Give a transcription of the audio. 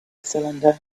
cylinder